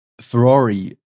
Ferrari